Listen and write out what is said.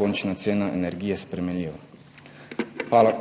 končna cena energije sprejemljiva. Hvala.